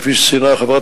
כפי שציינה חברת